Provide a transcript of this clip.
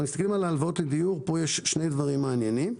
הלוואות לדיור פה יש שני דברים מעניינים.